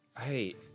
Hey